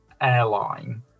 airline